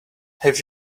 have